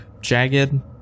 jagged